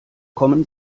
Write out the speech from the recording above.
kommen